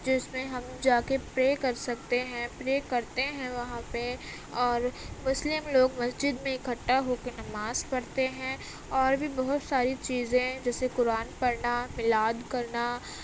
جس میں ہم جا کے پرے کر سکتے ہیں پرے کرتے ہیں وہاں پہ اور مسلم لوگ مسجد میں اکٹھا ہو کے نماز پڑھتے ہیں اور بھی بہت ساری چیزیں جیسے قرآن پڑھنا اعلان کرنا